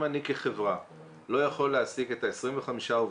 אם אני כחברה לא יכול להעסיק את 25 העובדים,